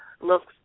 looks